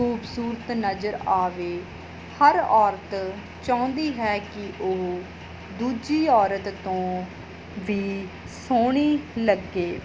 ਖੂਬਸੂਰਤ ਨਜ਼ਰ ਆਵੇ ਹਰ ਔਰਤ ਚਾਹੁੰਦੀ ਹੈ ਕਿ ਉਹ ਦੂਜੀ ਔਰਤ ਤੋਂ ਵੀ ਸੋਹਣੀ ਲੱਗੇ